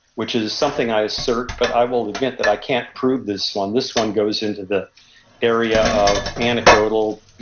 which is something i assert, but i will admit that i can't prove this one. this one goes into the area of anecdotal.